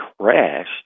crashed